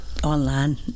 online